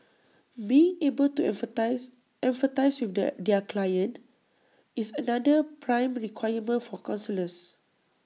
being able to empathise empathise with their their clients is another prime requirement for counsellors